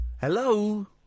Hello